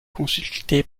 consulté